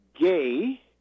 gay